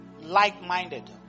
like-minded